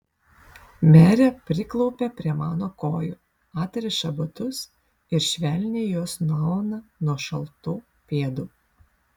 merė priklaupia prie mano kojų atriša batus ir švelniai juos nuauna nuo šaltų pėdų